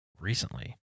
recently